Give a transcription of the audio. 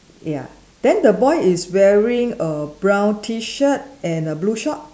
ya then the boy is wearing a brown T shirt and a blue short